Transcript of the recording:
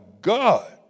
God